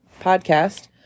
Podcast